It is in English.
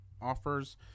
offers